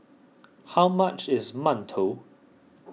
how much is Mantou